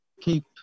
keep